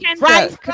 right